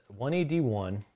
181